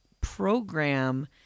program